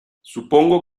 supongo